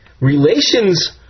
relations